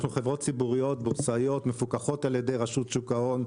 אנחנו חברות ציבוריות בורסאיות מפוקחות על ידי רשות שוק ההון,